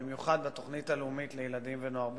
במיוחד בתוכנית הלאומית לילדים ונוער בסיכון,